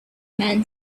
man